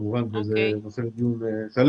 זה כמובן נושא לדיון שלם,